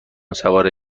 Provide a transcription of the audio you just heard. سوار